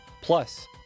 plus